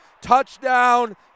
Touchdown